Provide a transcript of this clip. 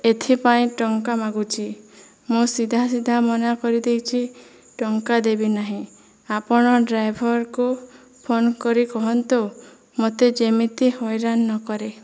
ଏଥିପାଇଁ ଟଙ୍କା ମାଗୁଛି ମୁଁ ସିଧା ସିଧା ମନା କରି ଦେଇଛି ଟଙ୍କା ଦେବି ନାହିଁ ଆପଣ ଡ୍ରାଇଭରକୁ ଫୋନ କରି କୁହନ୍ତୁ ମୋତେ ଯେମିତି ହଇରାଣ ନ କରେ